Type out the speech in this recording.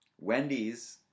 Wendy's